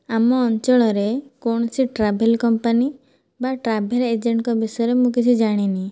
ଆମ ଅଞ୍ଚଳରେ କୌଣସି ଟ୍ରାଭେଲ କମ୍ପାନୀ ବା ଟ୍ରାଭେଲ ଏଜେଣ୍ଟଙ୍କ ବିଷୟରେ ମୁଁ କିଛି ଜାଣିନି